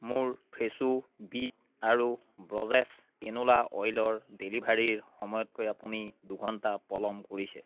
মোৰ Fresho beet আৰু ব্ৰজেচ কেনোলা অইলৰ ডেলিভাৰীৰ সময়তকৈ আপুনি দুঘণ্টা পলম কৰিছে